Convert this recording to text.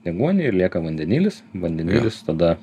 deguonį ir lieka vandenilis vandenilis tada